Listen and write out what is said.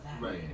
right